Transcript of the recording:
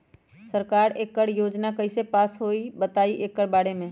सरकार एकड़ योजना कईसे पास होई बताई एकर बारे मे?